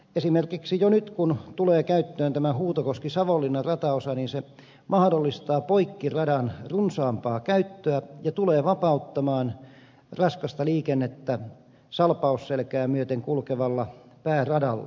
esimerkiksi jo nyt kun tulee käyttöön tämä huutokoskisavonlinna rataosa se mahdollistaa poikkiradan runsaampaa käyttöä ja tulee vapauttamaan raskasta liikennettä salpausselkää myöten kulkevalla pääradalla